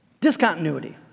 discontinuity